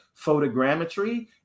photogrammetry